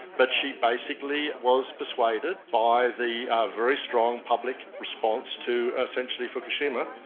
but she basically was persuaded by the very strong public response to essentially fukushima.